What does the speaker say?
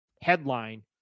headline